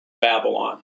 Babylon